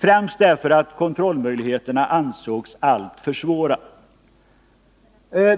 främst därför att kontrollmöjligheterna ansågs alltför små.